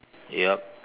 yup